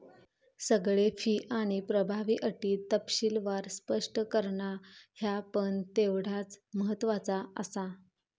सगळे फी आणि प्रभावी अटी तपशीलवार स्पष्ट करणा ह्या पण तेवढाच महत्त्वाचा आसा